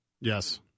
Yes